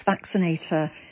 vaccinator